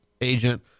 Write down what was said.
agent